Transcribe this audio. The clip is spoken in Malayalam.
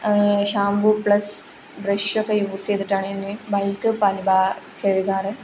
ഷാംമ്പൂ പ്ലസ് ബ്രഷൊക്കെ യൂസ് ചെയ്തിട്ടാണ് ഞാൻ ബൈക്ക് പല കഴുകാറ്